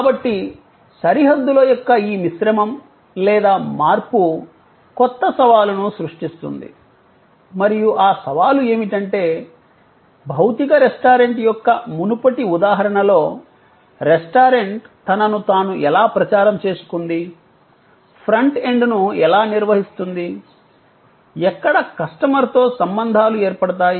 కాబట్టి సరిహద్దుల యొక్క ఈ మిశ్రమం లేదా మార్పు కొత్త సవాలును సృష్టిస్తుంది మరియు ఆ సవాలు ఏమిటంటే భౌతిక రెస్టారెంట్ యొక్క మునుపటి ఉదాహరణలో రెస్టారెంట్ తనను తాను ఎలా ప్రచారం చేసుకుంది ఫ్రంట్ ఎండ్ను ఎలా నిర్వహిస్తుంది ఎక్కడ కస్టమర్తో సంబంధాలు ఏర్పడతాయి